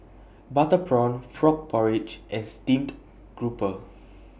Butter Prawn Frog Porridge and Steamed Grouper